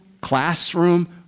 classroom